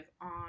on